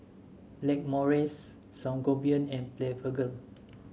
Blackmores Sangobion and Blephagel